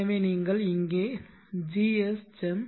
எனவே நீங்கள் இங்கே gschem svpwm